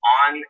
on